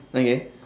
okay